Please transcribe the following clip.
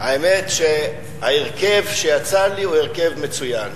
האמת היא שההרכב שיצא לי הוא הרכב מצוין.